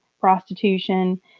prostitution